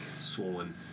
swollen